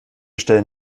stellen